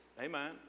Amen